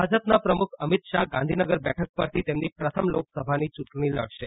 ભાજપના પ્રમુખ અમિત શાહ ગાંધીનગર બેઠક પરથી તેમની પ્રથમ લોકસભાની ચૂંટણી લડશે